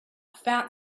fat